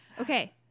Okay